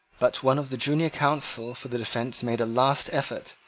but one of the junior counsel for the defence made a last effort,